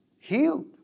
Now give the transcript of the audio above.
healed